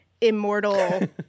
immortal